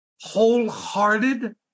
wholehearted